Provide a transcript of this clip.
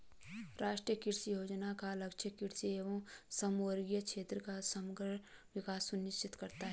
राष्ट्रीय कृषि योजना का लक्ष्य कृषि एवं समवर्गी क्षेत्रों का समग्र विकास सुनिश्चित करना है